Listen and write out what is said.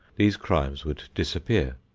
these crimes would disappear.